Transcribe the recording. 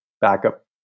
backup